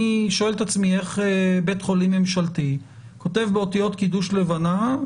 אני שואל את עצמי איך בית חולים ממשלתי כותב באותיות קידוש לבנה,